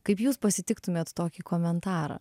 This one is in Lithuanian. kaip jūs pasitiktumėt tokį komentarą